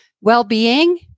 well-being